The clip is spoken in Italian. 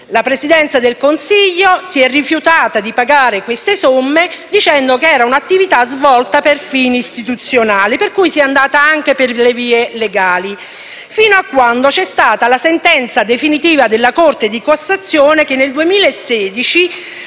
La Presidenza del Consiglio si è rifiutata di pagare queste somme dicendo che era un'attività svolta per fini istituzionali, per cui si è andati anche per le vie legali. Ciò fino a quando è intervenuta la sentenza definitiva della Corte di cassazione, che nel 2016